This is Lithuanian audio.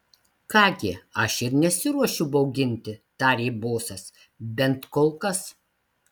ką gi aš ir nesiruošiu bauginti tarė bosas bent kol kas